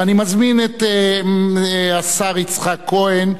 ואני מזמין את השר יצחק כהן,